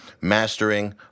mastering